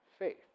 Faith